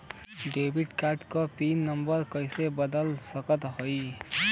Debit card क pin number कइसे बदल सकत हई?